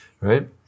right